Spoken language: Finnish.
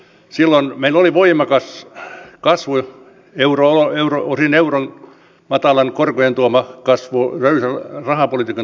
silloin meillä oli voimakas kasvu osin euron matalien korkojen tuoma kasvu löysän rahapolitiikan tuoma kasvu